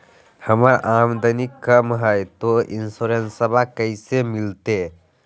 हमर आमदनी कम हय, तो इंसोरेंसबा कैसे मिलते?